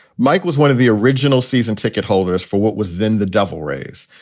mike was one of the original season ticket holders for what was then the devil rays.